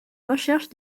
recherche